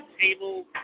table